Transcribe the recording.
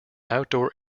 outdoor